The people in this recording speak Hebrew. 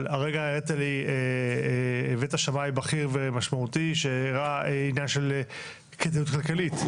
אבל הרגע הבאת שמאי בכיר ומשמעותי שהראה עניין של כדאיות כלכלית,